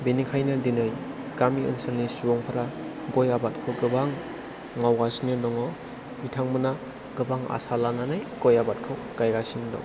बेनिखायनो दिनै गामि ओनसोलनि सुबुंफोरा गय आबादखौ गोबां मावगासिनो दङ बिथांमोना गोबां आसा लानानै गय आबादखौ गायगासिनो दं